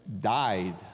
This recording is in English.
died